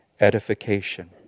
edification